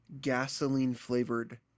gasoline-flavored